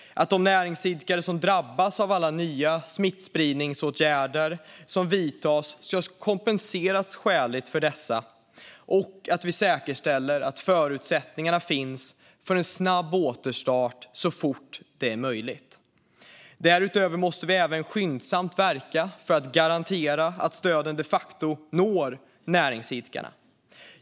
De näringsidkare som drabbas av alla nya smittspridningsåtgärder som vidtas ska kompenseras skäligt. Och vi måste säkerställa att förutsättningarna finns för en snabb återstart så fort det är möjligt. Därutöver måste vi även skyndsamt verka för att garantera att stöden de facto når näringsidkarna.